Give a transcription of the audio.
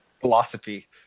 philosophy